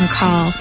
call